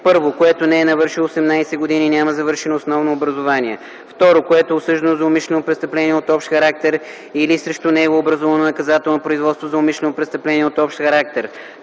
1. което не е навършило 18 години и няма завършено основно образование; 2. което е осъждано за умишлено престъпление от общ характер или срещу него е образувано наказателно производство за умишлено престъпление от общ характер;